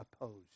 opposed